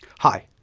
hi.